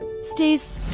Stace